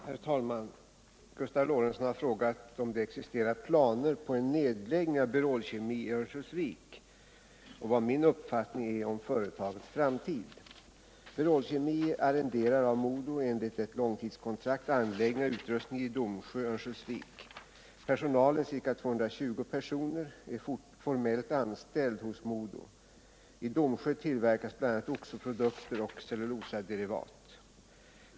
Herr talman! Gustav Lorentzon har frågat om det existerar planer på en nedläggning av Berol Kemi i Örnsköldsvik och vad min uppfattning är om företagets framtid. Berol Kemi arrenderar av MoDo enligt ett långtidskontrakt anläggningar och utrustning i Domsjö, Örnsköldsvik. Personalen, ca 220 personer, är formellt anställd hos MoDo. I Domsjö tillverkas bl.a. oxoprodukter och cellulosaderivat.